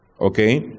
Okay